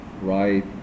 right